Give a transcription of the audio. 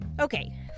Okay